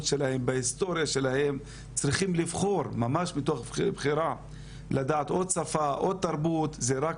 צריך לראות שיש בשפה נוספת ערך